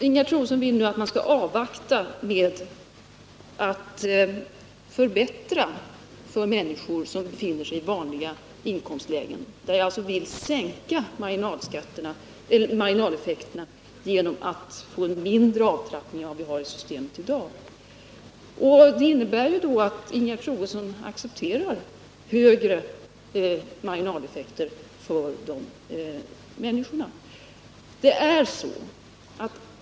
Ingegerd Troedsson vill nu att man skall avvakta med att förbättra för människor som befinner sig i vanliga inkomstlägen, där vi vill minska marginaleffekterna genom en mindre avtrappning än vi har i systemet i dag. Det innebär då att Ingegerd Troedsson accepterar högre marginaleffekter för dessa människor.